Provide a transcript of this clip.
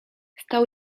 stał